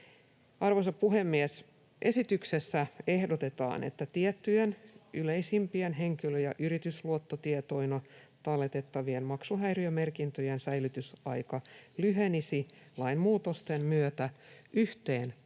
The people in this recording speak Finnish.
Arvoisa puhemies! Esityksessä ehdotetaan, että tiettyjen yleisimpien henkilö- ja yritysluottotietoina talletettavien maksuhäiriömerkintöjen säilytysaika lyhenisi lainmuutosten myötä yhteen kuukauteen